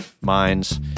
Minds